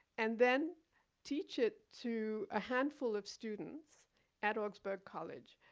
and then teach it to a handful of students at augsburg college